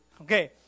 Okay